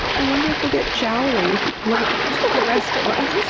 i wonder if they get jowly like the rest of us.